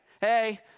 hey